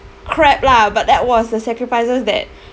crap lah but that was the sacrifices that